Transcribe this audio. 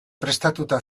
prestatuta